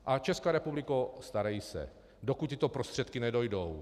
A Česká republiko, starej se, dokud tyto prostředky nedojdou.